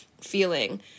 feeling